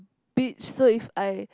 beach so if I